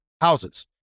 houses